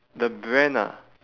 the brand ah